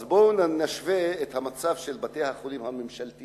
אז בואו נשווה את המצב של בתי-החולים הממשלתיים